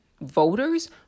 voters